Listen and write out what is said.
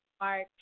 Mark